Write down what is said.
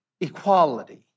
equality